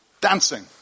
dancing